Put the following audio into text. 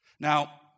Now